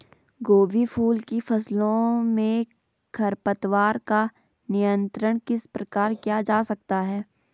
गोभी फूल की फसलों में खरपतवारों का नियंत्रण किस प्रकार किया जा सकता है?